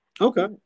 Okay